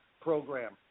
Program